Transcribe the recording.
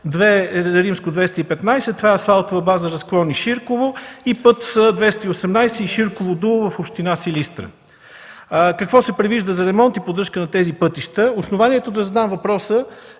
на път ІІ-215 – това е Асфалтова база разклон Иширково, и път ІІІ-218 –Иширково – Дулово в община Силистра. Какво се предвижда за ремонт и поддръжка на тези пътища? Основанието да задам въпроса